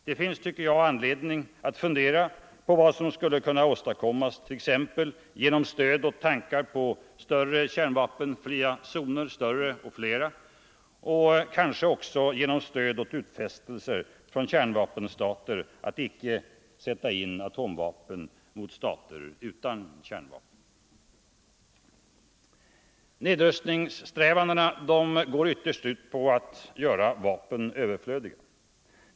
Det na finns, tycker jag, anledning att fundera på vad som skulle kunna åstadkommas t.ex. genom stöd åt tankar på större — och fler — kärnvapenfria zoner och kanske också genom stöd åt utfästelser från kärnvapenstater att inte sätta in atomvapen mot stater utan kärnvapen. Nedrustningssträvandena går ytterst ut på att göra vapen överflödiga.